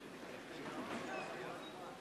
הכנסת לכבוד נשיא הרפובליקה של קרואטיה,